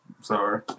Sorry